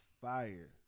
fire